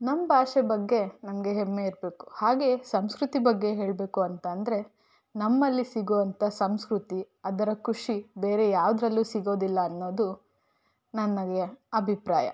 ನಮ್ಮ ಭಾಷೆ ಬಗ್ಗೆ ನಮಗೆ ಹೆಮ್ಮೆ ಇರಬೇಕು ಹಾಗೇ ಸಂಸ್ಕ್ರತಿ ಬಗ್ಗೆ ಹೇಳಬೇಕು ಅಂತ ಅಂದರೆ ನಮ್ಮಲ್ಲಿ ಸಿಗೋ ಅಂಥ ಸಂಸ್ಕ್ರತಿ ಅದರ ಖುಷಿ ಬೇರೆ ಯಾವ್ದ್ರಲ್ಲೂ ಸಿಗೋದಿಲ್ಲ ಅನ್ನೋದು ನನ್ನ ಅಭಿಪ್ರಾಯ